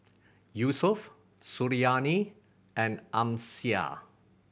Yusuf Suriani and Amsyar